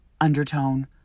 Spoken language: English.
undertone